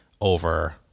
over